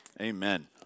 amen